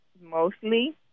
mostly